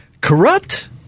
Corrupt